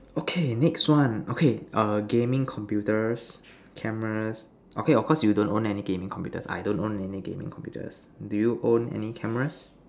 okay next one okay err gaming computers cameras okay of course you don't own any gaming computers I don't own any gaming computers do you own any cameras